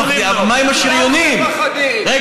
רגע,